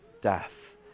death